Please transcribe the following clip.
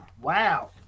wow